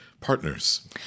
partners